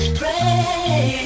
pray